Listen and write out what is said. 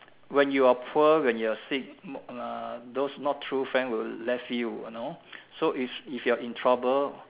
when you are poor when you are sick uh those not true friend will left you you know so if you are in trouble